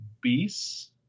Beasts